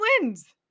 wins